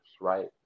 right